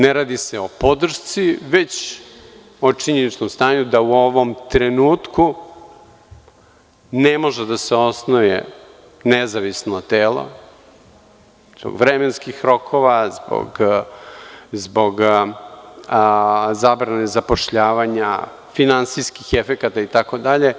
Ne radi se o podršci, već o činjeničnom stanju da u ovom trenutku ne može da se osnuje nezavisno telo zbog vremenskih rokova, zbog zabrane zapošljavanja, finansijskih efekata itd.